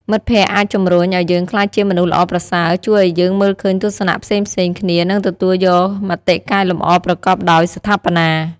មិត្តភក្តិអាចជំរុញឱ្យយើងក្លាយជាមនុស្សល្អប្រសើរ ជួយឱ្យយើងមើលឃើញទស្សនៈផ្សេងៗគ្នា និងទទួលយកមតិកែលម្អប្រកបដោយស្ថាបនា។